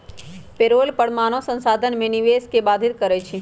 payroll कर मानव संसाधन में निवेश के बाधित करइ छै